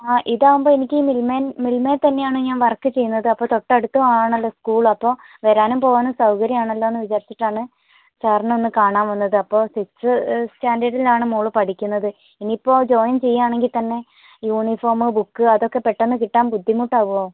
ആ ഇതാകുമ്പോൾ എനിക്ക് മിൽമയിൽ മിൽമയിൽ തന്നെയാണ് ഞാൻ വർക്ക് ചെയ്യുന്നത് അപ്പോൾ തൊട്ടടുത്ത് ആണല്ലോ സ്കൂൾ അപ്പോൾ വരാനും പോകാനും സൗകര്യം ആണല്ലോ എന്ന് വിചാരിച്ചിട്ട് ആണ് സാറിനെ ഒന്ന് കാണാൻ വന്നത് അപ്പോൾ സിക്സ്ത് സ്റ്റാൻഡേർഡിൽ ആണ് മോൾ പഠിക്കുന്നത് ഇനി ഇപ്പോൾ ജോയിൻ ചെയ്യുവാണെങ്കിൽ തന്നെ യൂണിഫോം ബുക്ക് അതൊക്കെ പെട്ടെന്ന് കിട്ടാൻ ബുദ്ധിമുട്ട് ആവുമോ